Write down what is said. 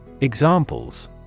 Examples